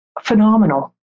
phenomenal